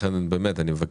לכן, אני באמת מבקש